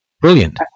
brilliant